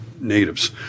natives